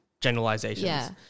generalizations